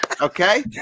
okay